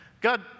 God